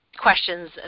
questions